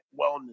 wellness